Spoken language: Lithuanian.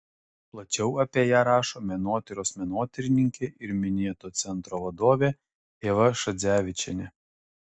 plačiau apie ją rašo menotyros menotyrininkė ir minėto centro vadovė ieva šadzevičienė